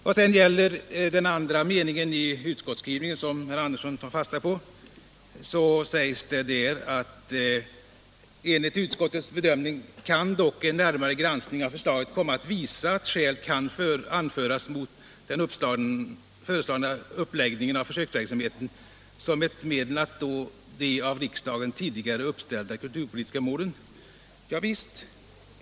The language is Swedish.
Vad sedan gäller andra stycket i utskottsskrivningen, som herr Andersson i Lycksele tar fasta på, så sägs där att enligt ”utskottets bedömning kan dock en närmare granskning av förslaget komma att visa att skäl kan anföras mot den föreslagna uppläggningen av försöksverksamheten som ett medel att nå de av riksdagen tidigare uppställda kulturpolitiska målen”. Ja visst!